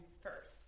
first